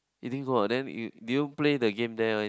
you didn't go ah then did you play the game there one